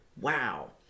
Wow